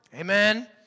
Amen